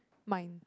mine